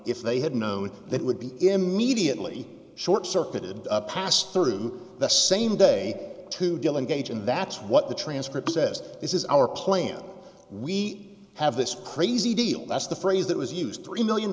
if they had known that would be immediately short circuited passed through the same day to dylan gage and that's what the transcript says this is our plan we have this crazy deal that's the phrase that was used three million